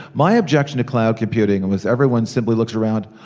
my objection to cloud computing was everyone simply looks around,